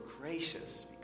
gracious